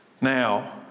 Now